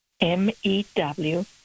M-E-W